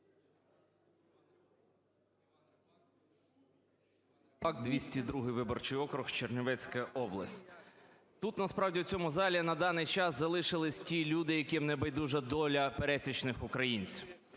Рибак, 202 виборчий округ, Чернівецька область. Тут, насправді, в цьому залі на даний час залишились ті люди, яким небайдужа доля пересічних українців.